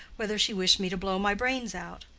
whether she wished me to blow my brains out.